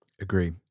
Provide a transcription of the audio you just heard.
Agree